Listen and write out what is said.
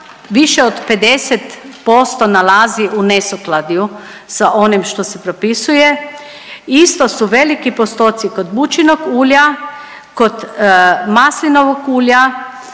više od 50% nalazi u nesukladju sa onim što se propisuje. Isto su veliki postoci kod bućinog ulja, kod maslinovog ulja